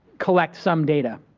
collect some data.